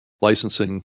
licensing